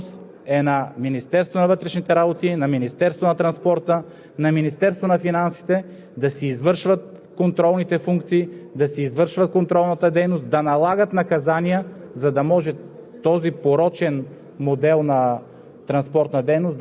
без транспорт. Уважаеми колеги, пак казвам: ще подкрепим текста, но голямата отговорност е на Министерството на вътрешните работи, на Министерството на транспорта, на Министерството на финансите, да си извършват